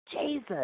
Jesus